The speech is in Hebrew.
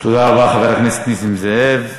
תודה רבה, חבר הכנסת נסים זאב.